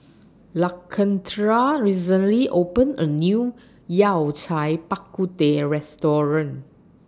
Lakendra recently opened A New Yao Cai Bak Kut Teh Restaurant